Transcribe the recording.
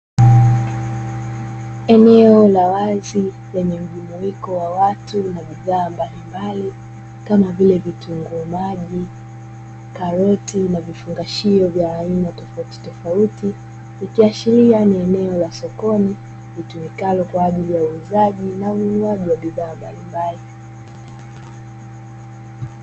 Eneo la wazi lenye mjumuiko wa watu na bidhaa mbalimbali kama vile; vitunguu maji, karoti na vifungashio vya aina tofauti, ikiashiria ni eneo la sokoni linalotumika kwa ajili ya uuzaji na ununuaji wa bidhaa aina mbalimbali.